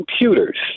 computers